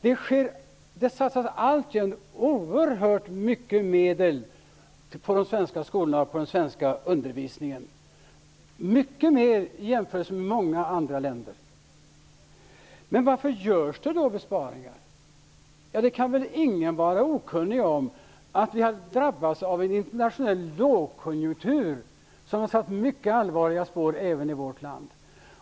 Det satsas alltjämt oerhört mycket medel på de svenska skolorna och den svenska undervisningen. Det satsas mycket mer än i många andra länder. Varför görs då besparingar? Ingen kan väl vara okunnig om att vi har drabbats av en internationell lågkonjunktur som har satt mycket allvarliga spår även i vårt land.